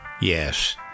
Yes